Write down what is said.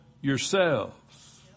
yourselves